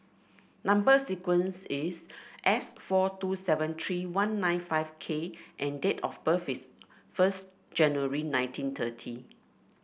number sequence is S four two seven three one nine five K and date of birth is first January nineteen thirty